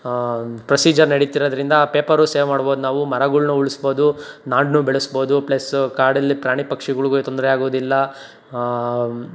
procedure ನಡೀತಿರೊದ್ರಿಂದ paper save ಮಾಡ್ಬೋದು ನಾವು ಮರಗಳ್ನು ಉಳಿಸ್ಬೋದು ನಾಡನ್ನು ಬೆಳಸ್ಬೋದು ಪ್ಲಸ್ ಕಾಡಲ್ಲಿ ಪ್ರಾಣಿ ಪಕ್ಷಿಗಳ್ಗು ತೊಂದರೆಯಾಗೊದಿಲ್ಲ ಆಂ